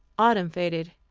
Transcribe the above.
autumn faded,